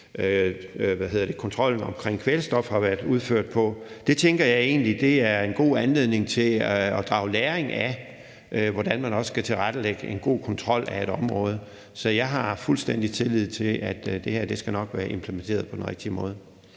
kontrollen omkring kvælstof har været udført på. Det tænker jeg egentlig også er en god anledning til at drage læring af, hvordan man skal tilrettelægge en god kontrol af et område. Så jeg har fuldstændig tillid til, at det her nok skal være implementeret på den rigtige måde.